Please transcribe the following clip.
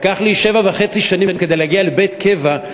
לקח לי שבע שנים כדי להגיע לבית קבע,